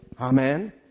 Amen